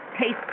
taste